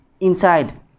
inside